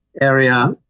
area